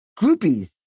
groupies